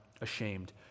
ashamed